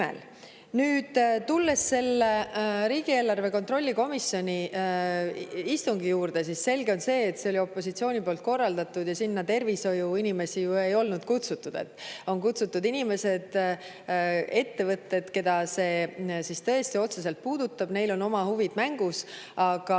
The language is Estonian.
tulla selle riigieelarve kontrolli erikomisjoni istungi juurde, siis on selge, et see oli opositsiooni korraldatud ja sinna tervishoiuinimesi ei olnud kutsutud. Oli kutsutud inimesed, ettevõtted, keda see tõesti otseselt puudutab, neil on oma huvid mängus.